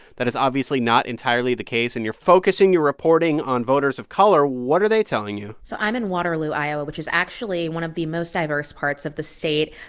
that is obviously not entirely the case. and you're focusing your reporting on voters of color. what are they telling you? so i'm in waterloo, iowa, which is actually one of the most diverse parts of the state.